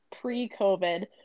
pre-COVID